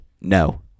No